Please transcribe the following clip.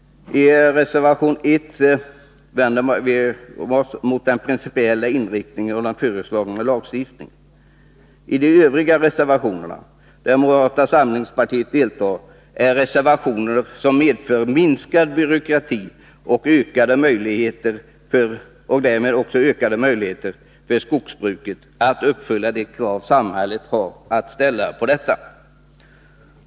I reservation 1 vänder vi oss mot den principiella inriktningen av den föreslagna lagstiftningen. De övriga reservationerna där moderata samlingspartiet deltar, är reservationer som medför minskad byråkrati och därmed ökade möjligheter för skogsbruket att uppfylla de krav som samhället har att ställa på detta.